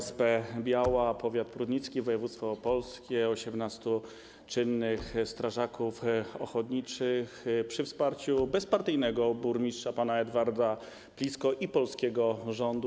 OSP Biała, powiat prudnicki, województwo opolskie, 18 czynnych strażaków ochotniczych przy wsparciu bezpartyjnego burmistrza pana Edwarda Plicko i polskiego rządu.